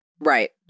Right